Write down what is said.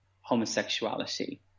homosexuality